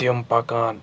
تِم پَکان